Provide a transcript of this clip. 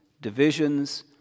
divisions